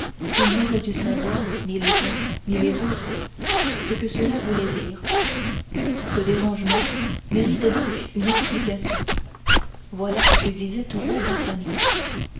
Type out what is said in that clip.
ils n'avaient dû savoir ni les uns ni les autres ce que cela voulait dire ce dérangement méritait donc une explication voilà ce que disait tout haut d'artagnan